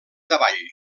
davall